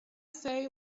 say